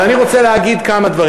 אני רוצה להגיד כמה דברים.